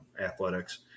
athletics